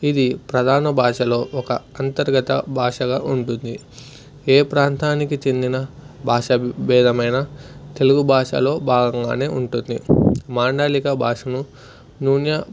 ఇది ప్రధాన భాషలో ఒక అంతర్గత భాషగా ఉంటుంది ఏ ప్రాంతానికి చెందిన భాష భేదమైన తెలుగు భాషలో భాగంగానే ఉంటుంది మాండలిక భాషను నూన్య